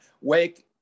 Wake –